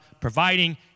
providing